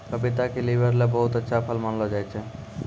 पपीता क लीवर ल बहुत अच्छा फल मानलो जाय छै